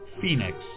Phoenix